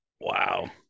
Wow